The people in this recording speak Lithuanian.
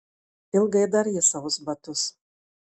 ilgai dar jis aus batus